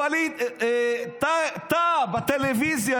ווליד טאהא, בטלוויזיה.